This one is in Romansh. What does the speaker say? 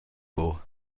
buc